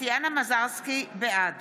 בעד